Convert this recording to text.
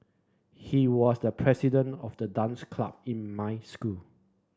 he was the president of the dance club in my school